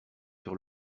sur